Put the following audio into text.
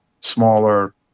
smaller